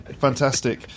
fantastic